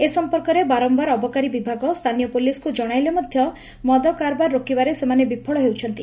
ଏ ସଂପର୍କରେ ବାରମ୍ୟାର ଅବକାରୀ ବିଭାଗ ସ୍ରାନୀୟ ପୁଲିସକୁ ଜଶାଇଲେ ମଧ୍ୟ ମଦ କାରବାର ରୋକିବାରେ ସେମାନେ ବିଫଳ ହେଉଛନ୍ତି